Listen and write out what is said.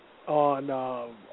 on